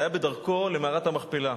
היה בדרכו למערת-המכפלה.